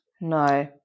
No